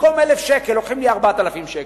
במקום 1,000 שקל לוקחים לי 4,000 שקל,